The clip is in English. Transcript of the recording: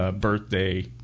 birthday